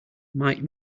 might